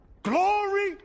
Glory